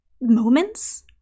moments